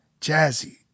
Jazzy